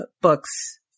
books